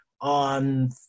on